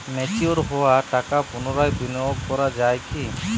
Mature হওয়া টাকা পুনরায় বিনিয়োগ করা য়ায় কি?